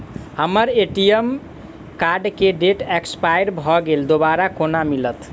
हम्मर ATM card केँ date expire भऽ गेल दोबारा कोना मिलत?